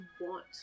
want